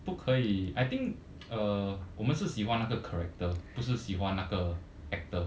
不可以 I think uh 我们是喜欢那个 character 不是喜欢那个 actor